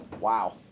wow